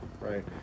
right